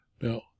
Now